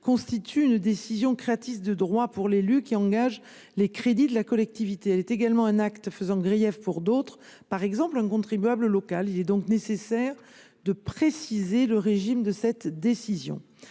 constitue une décision créatrice de droit pour l’élu qui engage les crédits de la collectivité. Elle est également un acte faisant grief pour d’autres, par exemple un contribuable local. Il est donc nécessaire de préciser le régime de cette décision.